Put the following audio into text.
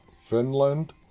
Finland